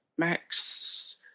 Max